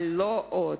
אבל לא עוד.